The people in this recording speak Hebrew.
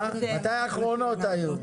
מתי היו האחרונות?